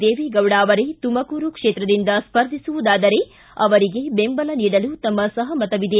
ದೇವೇಗೌಡ ಅವರೇ ತುಮಕೂರು ಕ್ಷೇತ್ರದಿಂದ ಸ್ಪರ್ಧಿಸುವುದಾದರೆ ಅವರಿಗೆ ಬೆಂಬಲ ನೀಡಲು ತಮ್ಮ ಸಹಮತವಿದೆ